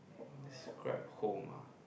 describe home ah